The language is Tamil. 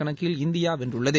கணக்கில் இந்தியா வென்றுள்ளது